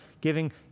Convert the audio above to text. giving